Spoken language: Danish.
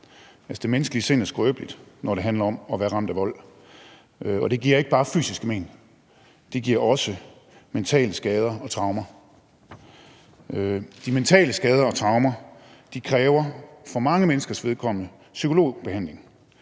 Det menneskelige sind er skrøbeligt, når det handler om at være ramt af vold, og det giver ikke bare fysiske men, men det giver også mentale skader og traumer, og de mentale skader og traumer kræver for mange menneskers vedkommende psykologbehandling,